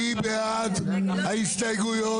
מי נגד ההסתייגויות?